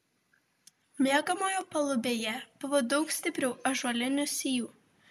miegamojo palubėje buvo daug stiprių ąžuolinių sijų